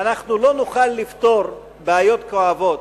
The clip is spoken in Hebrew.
אנחנו לא נוכל לפתור בעיות כואבות,